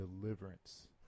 deliverance